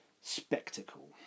spectacle